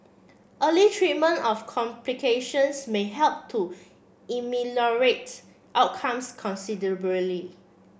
early treatment of complications may help to outcomes considerably